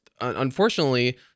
unfortunately